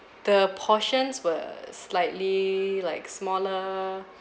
the portions were slightly like smaller